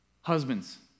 Husbands